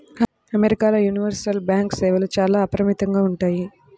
అమెరికాల universal bank సేవలు చాలా అపరిమితంగా ఉంటాయి